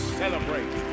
celebrate